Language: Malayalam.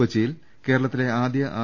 കൊച്ചിയിൽ കേരളത്തിലെ ആദ്യ ആർ